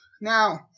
Now